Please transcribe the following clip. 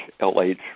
LH